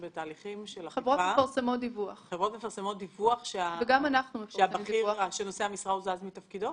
חברות מפרסמות דיווח על כך שנושא המשרה הוזז מתפקידו?